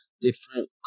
different